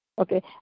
Okay